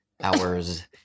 hours